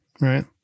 right